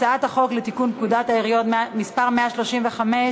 הצעת חוק לתיקון פקודת העיריות (מס' 135),